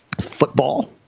football